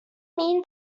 mean